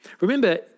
Remember